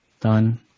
Done